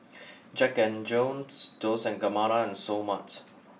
Jack and Jones Dolce and Gabbana and Seoul Mart